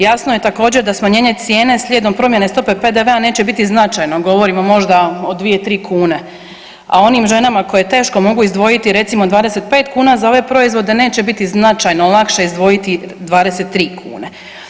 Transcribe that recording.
Jasno je također da smanjenje cijene slijedom promjene stope PDV-a neće biti značajno, govorimo možda o dvije, tri kune, a onim ženama koje teško mogu izdvojiti recimo 25 kuna za ove proizvode neće biti značajno lakše izdvojiti 23 kune.